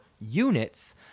units